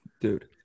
dude